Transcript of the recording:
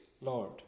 Lord